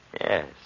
Yes